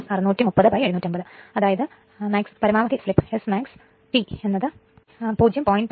അപ്പോൾ ഇവിടെ 750 630750 അതായത് Smax T എന്ന് ഉള്ളത് 0